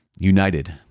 united